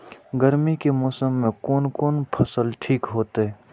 गर्मी के मौसम में कोन कोन फसल ठीक होते?